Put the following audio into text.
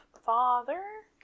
father